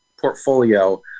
portfolio